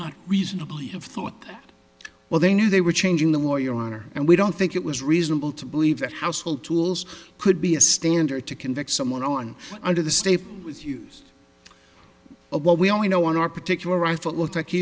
not reasonably have thought well they knew they were changing the war your honor and we don't think it was reasonable to believe that household tools could be a standard to convict someone on under the state with use well we only know one or particularized it looks like he